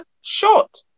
short